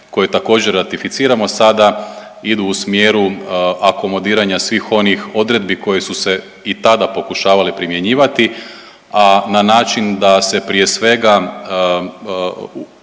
koje također ratificiramo sada idu u smjeru akomodiranja svih onih odredbi koje su se i tada pokušavale primjenjivati, a na način da se prije svega,